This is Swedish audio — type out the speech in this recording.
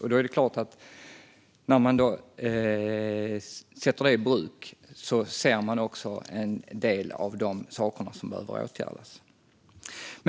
När det nu för första gången används är det klart att man ser en del saker som behöver åtgärdas.